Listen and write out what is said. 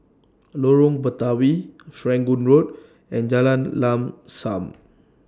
Lorong Batawi Serangoon Road and Jalan Lam SAM